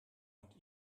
und